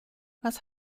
was